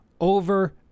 over